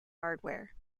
hardware